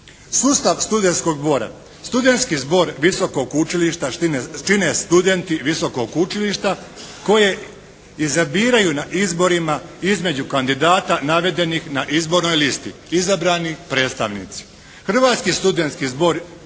Sustav studentskog zbora. Studentski zbor visokog učilišta čine studenti visokog učilišta koje izabiru na izborima između kandidata navedenih na izbornoj listi izabrani predstavnici.